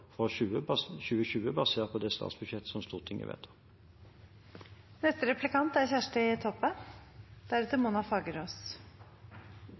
for 2020, basert på det statsbudsjettet som Stortinget